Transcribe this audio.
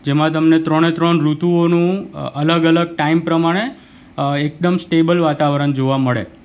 જેમાં તમને ત્રણે ત્રણ ઋતુઓનું અલગ અલગ ટાઈમ પ્રમાણે એકદમ સ્ટેબલ વાતાવરણ જોવા મળે